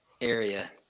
area